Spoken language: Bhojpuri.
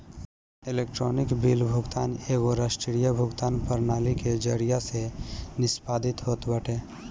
इलेक्ट्रोनिक बिल भुगतान एगो राष्ट्रीय भुगतान प्रणाली के जरिया से निष्पादित होत बाटे